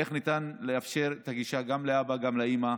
איך ניתן לאפשר את הגישה לחשבון גם לאבא וגם לאימא.